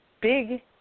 big